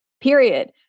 Period